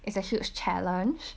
it's a huge challenge